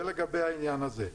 זה לגבי העניין הזה.